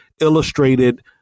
illustrated